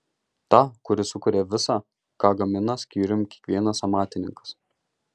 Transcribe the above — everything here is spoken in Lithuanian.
tą kuris sukuria visa ką gamina skyrium kiekvienas amatininkas